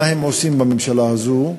מה הם עושים בממשלה הזאת,